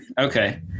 Okay